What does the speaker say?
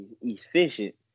efficient